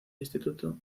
instituto